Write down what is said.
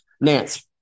Nance